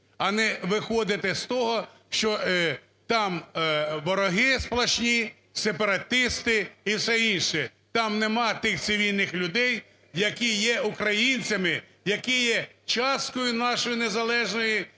а не виходити з того, що там вороги сплошні, сепаратисти і все інше, там нема тих цивільних людей, які є українцями, які є часткою нашої незалежної